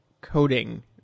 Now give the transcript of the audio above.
coding